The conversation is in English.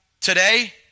today